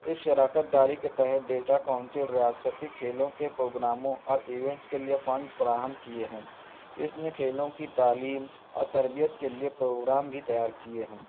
اس شراکت داری کے تحت ڈیٹا کونسل ریاستی کھیلوں کے پروگراموں اور ایوینٹس کے لیے فنڈس فراہم کیے ہیں اس نے کھیلوں کی تعلیم اور تربیت کے لیے پروگرام بھی تیار کیے ہیں